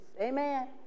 Amen